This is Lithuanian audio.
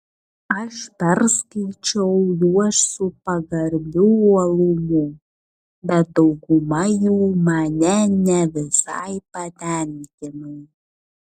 aš perskaičiau juos su pagarbiu uolumu bet dauguma jų mane ne visai patenkino